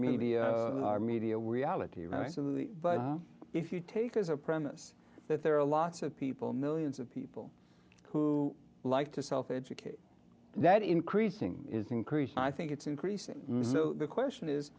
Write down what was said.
media our media reality but if you take as a premise that there are lots of people millions of people who like to self educate that increasing is increasing i think it's increasing the question is